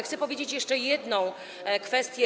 Chcę powiedzieć o jeszcze jednej kwestii.